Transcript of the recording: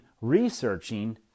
researching